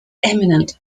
eminent